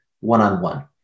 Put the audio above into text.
one-on-one